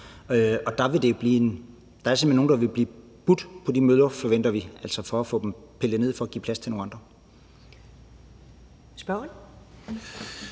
Der vil simpelt hen blive budt på de møller, forventer vi, altså for at få dem pillet ned for at give plads til nogle andre.